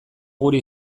gure